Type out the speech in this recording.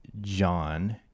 john